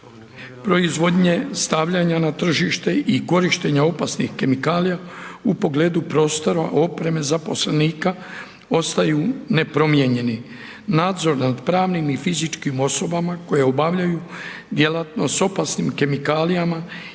proizvodnje stavljanja na tržište i korištenja opasnih kemikalija u pogledu prostora i opreme zaposlenika ostaju nepromijenjeni. Nadzor nad pravnim i fizičkim osobama koje obavljaju djelatnost s opasnim kemikalijama